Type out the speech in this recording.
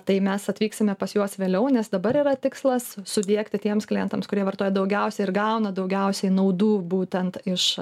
tai mes atvyksime pas juos vėliau nes dabar yra tikslas sudiegti tiems klientams kurie vartoja daugiausiai ir gauna daugiausiai naudų būtent iš